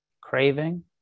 Craving